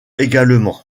également